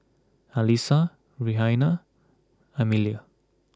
Alissa Rhianna Emilia